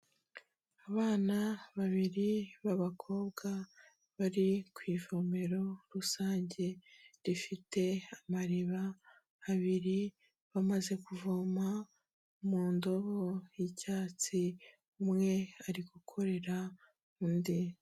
Abana babiri b'abakobwa bari ku ivomero rusange rifite amariba abiri, bamaze kuvoma mu ndobo y'icyatsi, umwe ari gukorera undi.